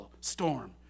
storm